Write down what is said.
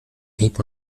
hieb